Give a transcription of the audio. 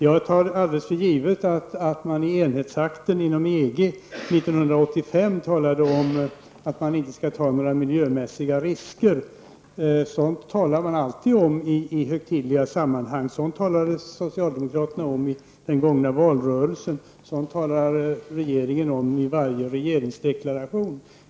Jag tar för givet att man i enhetsakten inom EG 1985 talade om att man inte skall ta några miljömässiga risker -- sådant talar man alltid om i högtidliga sammanhang. Sådant talade socialdemokraterna om i den gångna valrörelsen, sådant talar regeringen om i varje regeringsdeklaration.